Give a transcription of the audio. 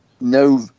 no